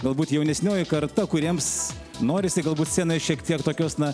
galbūt jaunesnioji karta kuriems norisi galbūt scenai šiek tiek tokios na